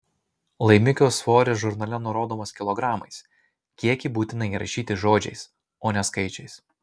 laimikio svoris žurnale nurodomas kilogramais kiekį būtina įrašyti žodžiais o ne skaičiais